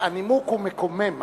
הנימוק הוא מקומם.